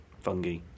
Fungi